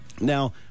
now